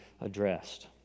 addressed